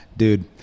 Dude